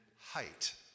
height